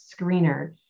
screener